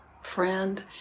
friend